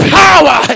power